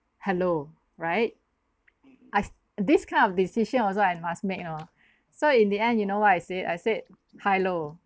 hello right I this kind of decision also I must make you know so in the end you know what I said I said hi lor